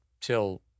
till